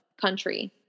country